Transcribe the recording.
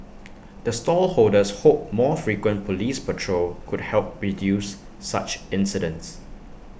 the stall holders hope more frequent Police patrol could help reduce such incidents